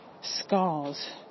scars